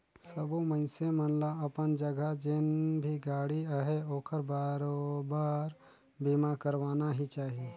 सबो मइनसे मन ल अपन जघा जेन भी गाड़ी अहे ओखर बरोबर बीमा करवाना ही चाही